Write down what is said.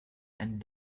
and